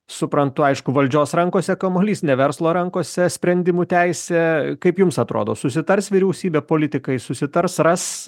suprantu aišku valdžios rankose kamuolys ne verslo rankose sprendimų teisė kaip jums atrodo susitars vyriausybė politikai susitars ras